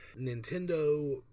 Nintendo